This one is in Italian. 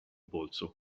polso